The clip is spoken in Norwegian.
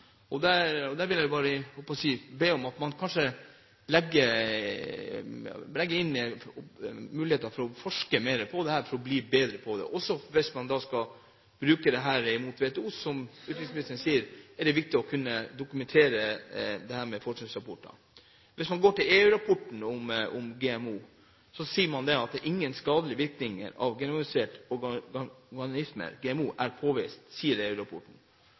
kunnskapsrikt. Der vil jeg be om at man kanskje legger inn muligheter for å forske mer for å bli bedre på dette. Hvis man skal bruke det mot WTO, som utenriksministeren sier, er det viktig å kunne dokumentere dette med forskningsrapporter. Hvis man går til EU-rapporten om GMO, sier den at ingen skadelige virkninger av genmodifiserte organismer, GMO, er påvist. Man vet også at i dag er det ingen vitenskapelige bevis som assosierer GMO med høyere risiko for miljøet eller mat- og fôrtrygghet enn for vanlige planter og organismer. Det sier